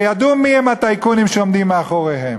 הרי ידוע מי הם הטייקונים שעומדים מאחוריהם.